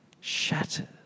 shattered